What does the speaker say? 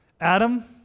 Adam